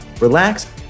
relax